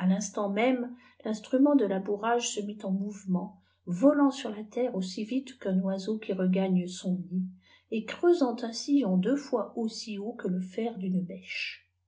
a tinstant même rinstruméiit de labourage se mit en mouvement volant sur fa terre aussi vite qu'un oiseau qui regagne son nid et creusant un sillon deux fois aussi haut que le fer d'une bêche